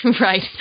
Right